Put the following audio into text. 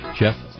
Jeff